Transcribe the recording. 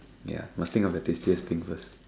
ya must think of the tastiest thing first